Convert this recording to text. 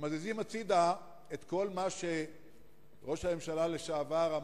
כשמזיזים הצדה את כל מה שראש הממשלה לשעבר קרא